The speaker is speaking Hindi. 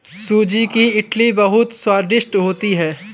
सूजी की इडली बहुत स्वादिष्ट होती है